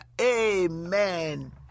Amen